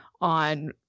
on